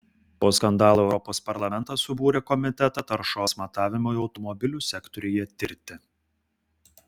po skandalo europos parlamentas subūrė komitetą taršos matavimui automobilių sektoriuje tirti